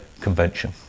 Convention